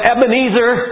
Ebenezer